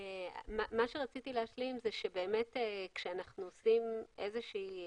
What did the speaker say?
רציתי להשלים ולומר שכאשר אנחנו עושים איזשהו